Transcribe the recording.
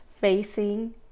facing